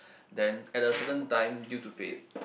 then a certain time due to fate then